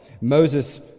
Moses